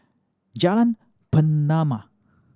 Jalan Pernama